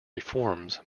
reforms